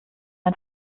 ein